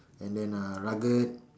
and then uh